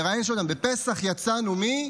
המראיין שואל: בפסח יצאנו מ,